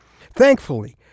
Thankfully